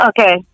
Okay